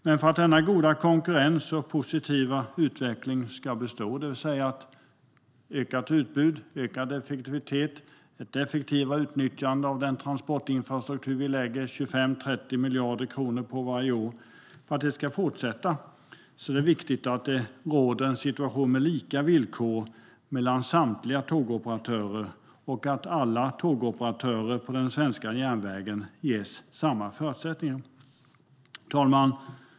Men för att denna goda konkurrens och positiva utveckling ska bestå, det vill säga ökat utbud, ökad effektivitet och ett effektivare utnyttjande av den transportinfrastruktur vi lägger 25-30 miljarder kronor på varje år, är det viktigt att det råder en situation med lika villkor mellan samtliga tågoperatörer och att alla tågoperatörer på den svenska järnvägsmarknaden ges samma förutsättningar. Herr talman!